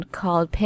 called